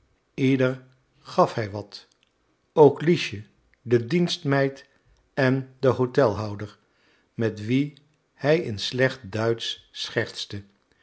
ieder gaf hij wat ook liesje de dienstmeid en den hotelhouder met wien hij in slecht duitsch schertste